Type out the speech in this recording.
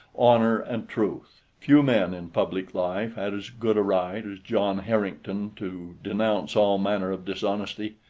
honor, and truth. few men in public life had as good a right as john harrington to denounce all manner of dishonesty.